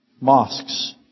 mosques